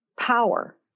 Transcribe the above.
power